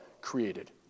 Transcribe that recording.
created